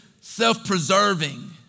self-preserving